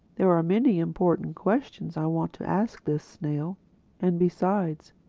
there are many important questions i want to ask this snail and besides,